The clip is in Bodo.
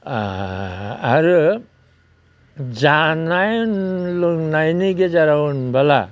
आरो जानाय लोंनायनि गेजेराव होनब्ला